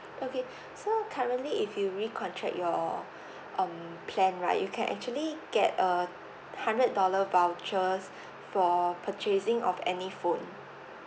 okay so currently if you recontract your um plan right you can actually get a hundred dollar vouchers for purchasing of any phone